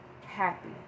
happy